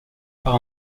par